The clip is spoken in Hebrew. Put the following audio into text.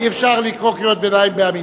אי-אפשר לקרוא קריאות ביניים בעמידה.